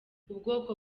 ubwoko